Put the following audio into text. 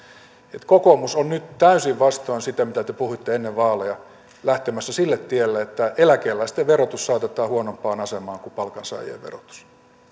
että kokoomus on nyt täysin vastoin sitä mitä te te puhuitte ennen vaaleja lähtemässä sille tielle että eläkeläisten verotus saatetaan huonompaan asemaan kuin palkansaajien verotus